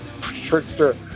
trickster